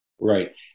Right